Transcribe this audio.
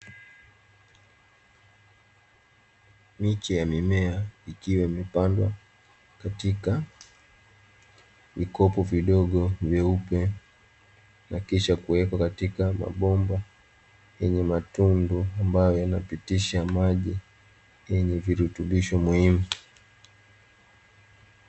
Miche ya mimea ikiwa imepandwa katika vikopo vidogo vyeupe na kisha kuwekwa katika mabomba yenye matundu, ambayo yanapitisha maji yenye virutubisho muhimu.